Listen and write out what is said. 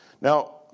Now